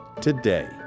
today